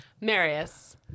Marius